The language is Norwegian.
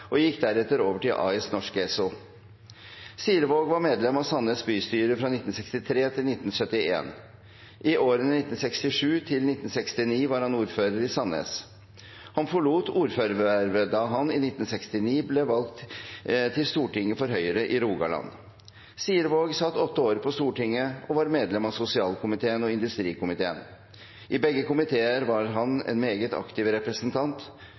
og gikk deretter over i A/S Norske Esso. Sirevaag var medlem av Sandnes bystyre fra 1963 til 1971. I årene 1967–1969 var han ordfører i Sandnes. Han forlot ordførervervet da han i 1969 ble valgt til Stortinget for Høyre i Rogaland. Sirevaag satt åtte år på Stortinget og var medlem av sosialkomiteen og industrikomiteen. I begge komiteer var han en meget aktiv representant,